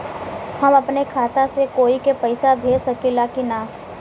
हम अपने खाता से कोई के पैसा भेज सकी ला की ना?